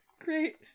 Great